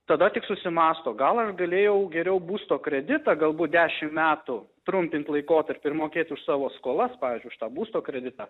tada tik susimąsto gal aš galėjau geriau būsto kreditą galbūt dešim metų trumpint laikotarpį ir mokėti už savo skolas pavyzdžiui už tą būsto kreditą